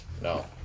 No